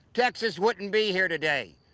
texas wouldn't be here today.